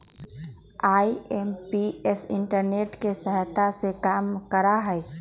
IMPS internet के सहायता से काम करा हई